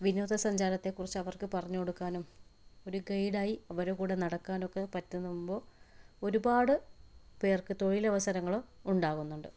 വിനോദ സഞ്ചാരത്തെ കുറിച്ച് അവര്ക്ക് പറഞ്ഞ് കൊടുക്കാനും ഒരു ഗൈഡ് ആയി അവരുടെ കൂടെ നടക്കാനും ഒക്കെ പറ്റുമ്പോൾ ഒരുപാട് പേര്ക്ക് തൊഴിലവസരങ്ങളും ഉണ്ടാക്കുന്നുണ്ട്